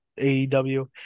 AEW